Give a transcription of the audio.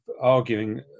arguing